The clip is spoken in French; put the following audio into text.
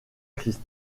christ